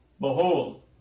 behold